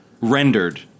rendered